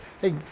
hey